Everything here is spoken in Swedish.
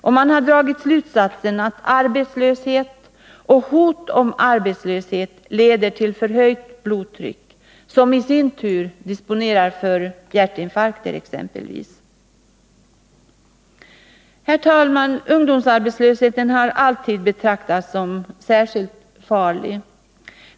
Och man har dragit slutsatsen att arbetslöshet och hot om arbetslöshet leder till förhöjt blodtryck, som i sin tur disponerar för t.ex. hjärtinfarkt. Herr talman! Ungdomsarbetslösheten har alltid betraktats som särskilt farlig.